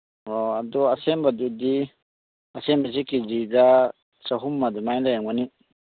ꯑꯣ ꯑꯗꯣ ꯑꯁꯦꯝꯕꯗꯨꯗꯤ ꯑꯁꯦꯝꯕꯁꯤ ꯀꯦ ꯖꯤꯗ ꯆꯍꯨꯝ ꯑꯗꯨꯃꯥꯏꯅ ꯂꯩꯔꯝꯒꯅꯤ